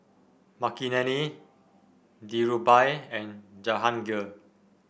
Makineni Dhirubhai and Jahangir